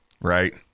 Right